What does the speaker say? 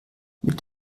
mit